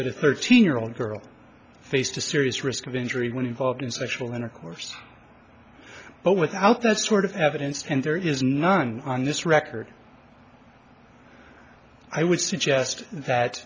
that a thirteen year old girl faced a serious risk of injury when involved in sexual intercourse but without that sort of evidence and there is none on this record i would suggest that